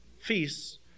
feasts